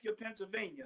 Pennsylvania